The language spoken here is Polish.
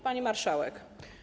Pani Marszałek!